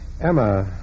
Emma